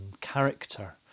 character